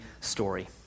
story